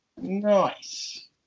nice